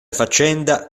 faccenda